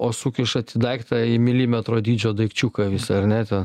o sukišat į daiktą į milimetro dydžio daikčiuką visą ar ne ten